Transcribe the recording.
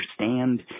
understand